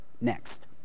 Next